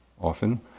often